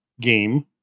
game